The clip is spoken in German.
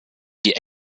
die